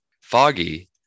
foggy